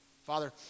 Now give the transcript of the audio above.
Father